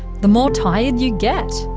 the more tired you get.